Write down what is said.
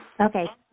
Okay